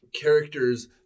characters